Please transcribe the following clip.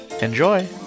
Enjoy